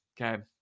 Okay